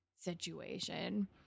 situation